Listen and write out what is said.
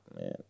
man